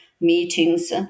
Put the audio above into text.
meetings